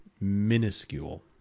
minuscule